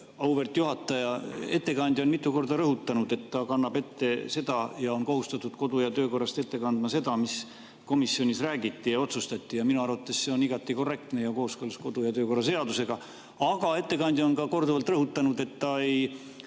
auväärt juhataja! Ettekandja on mitu korda rõhutanud, et ta kannab ette ja on kohustatud kodu- ja töökorrast [tulenevalt] ette kandma seda, mida komisjonis räägiti ja otsustati. Minu arvates on see igati korrektne ja kooskõlas kodu- ja töökorra seadusega. Aga ettekandja on ka korduvalt rõhutanud, et ta ei